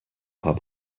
hop